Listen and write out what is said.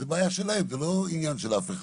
זה בעיה שלהן וזה לא עניין של אף אחד.